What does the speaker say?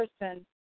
person